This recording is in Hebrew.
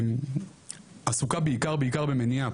עסוקה בעיקר במניע.